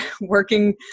working